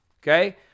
Okay